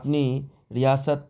اپنی ریاست